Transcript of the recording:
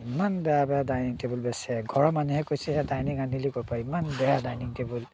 ইমান বেয়া বেয়া ডাইনিং টেবুল বেচে ঘৰৰ মানুহে কৈছে এয়া ডাইনিং আনিলি ক'ৰ পৰা ইমান বেয়া ডাইনিং টেবুল